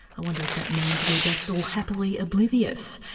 i wonder if that means we're just all happily oblivious.